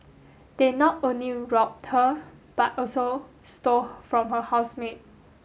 they not only robbed her but also stole from her housemate